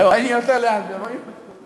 זהו, אין יותר לאן, אתם רואים?